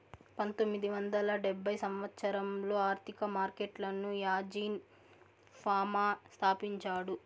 పంతొమ్మిది వందల డెబ్భై సంవచ్చరంలో ఆర్థిక మార్కెట్లను యాజీన్ ఫామా స్థాపించాడు